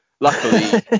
luckily